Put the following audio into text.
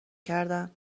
کردن